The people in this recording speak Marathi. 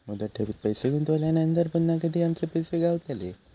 मुदत ठेवीत पैसे गुंतवल्यानंतर पुन्हा कधी आमचे पैसे गावतले?